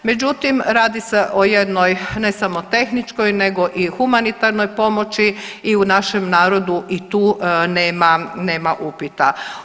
Međutim, radi se o jednoj ne samo tehničkoj nego i humanitarnoj pomoći i u našem narodu i tu nema upita.